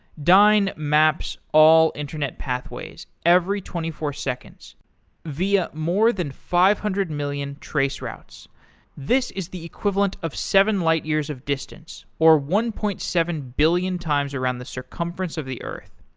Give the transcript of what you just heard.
dyn maps all internet pathways every twenty four seconds via more than five hundred million traceroutes. this is the equivalent of seven light years of distance, or one point seven billion times around the circumference of the earth.